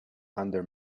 under